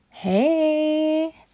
Hey